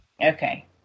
Okay